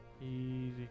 Easy